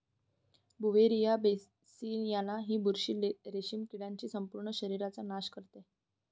Beauveria bassiana ही बुरशी रेशीम किडीच्या संपूर्ण शरीराचा नाश करते